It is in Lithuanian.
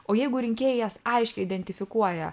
o jeigu rinkėjas aiškiai identifikuoja